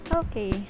okay